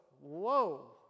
whoa